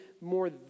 more